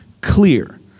clear